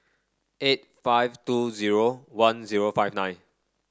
eight five two zero one zero five nine